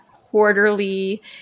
quarterly